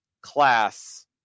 class